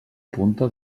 punta